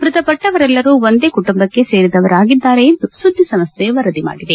ಮೃತಪಟ್ಟವರೆಲ್ಲರು ಒಂದೇ ಕುಟುಂಬಕ್ಕೆ ಸೇರಿದವರಾಗಿದ್ದಾರೆ ಎಂದು ಸುದ್ದಿಸಂಸ್ಟೆ ವರದಿ ಮಾಡಿದೆ